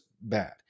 bad